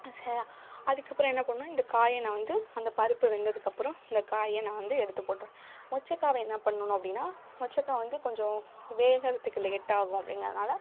சரியா அதுக்கப்புறம் என்ன பண்ணுன்னா இந்த காயை நான் வந்து அந்த பருப்பு வெந்ததுக்கப்புறம் இந்த காயை நான் வந்து எடுத்து போட்டுருவேன் மொச்சக்காவை என்ன பண்ணணும் அப்படின்னா மொச்சக்காய் வந்து கொஞ்சம் வேகறத்துக்கு லேட் ஆகும் அப்படிங்கிறதுனால